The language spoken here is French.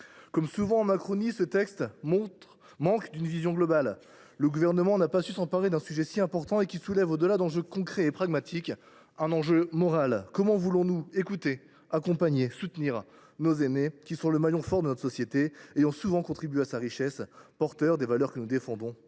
Comme souvent en Macronie, ce texte manque d’une vision globale. Le Gouvernement n’a pas su s’emparer d’un sujet si important et qui soulève, au delà d’enjeux concrets et pragmatiques, un enjeu moral. Comment voulons nous écouter, accompagner et soutenir nos aînés, qui sont le maillon fort de notre société et ont souvent contribué à sa richesse, qui sont porteurs des valeurs que nous défendons,